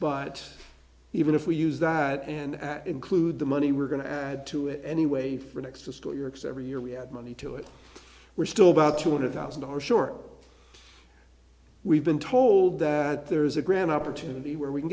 but even if we use that and include the money we're going to add to it anyway for next to school yorks every year we had money to it we're still about two hundred thousand dollars short we've been told that there's a grand opportunity where we can